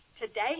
Today